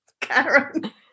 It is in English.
Karen